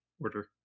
order